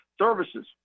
services